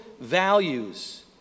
values